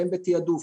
והם בתיעדוף.